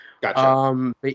Gotcha